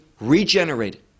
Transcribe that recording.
regenerated